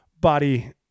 body